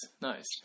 nice